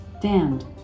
damned